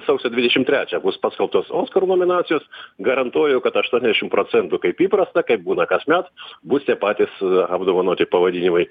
sausio dvidešimt trečią bus paskelbtos oskarų nominacijos garantuoju kad aštuoniasdešimt procentų kaip įprasta kaip būna kasmet bus tie patys apdovanoti pavadinimai